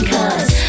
Cause